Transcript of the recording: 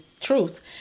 Truth